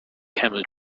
camel